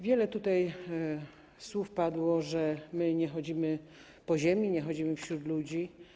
Wiele tutaj słów padło: nie chodzimy po ziemi, nie chodzimy wśród ludzi.